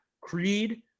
Creed